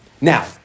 Now